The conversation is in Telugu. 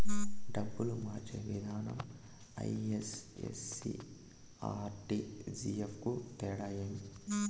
డబ్బులు మార్చే విధానం ఐ.ఎఫ్.ఎస్.సి, ఆర్.టి.జి.ఎస్ కు తేడా ఏమి?